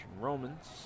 Romans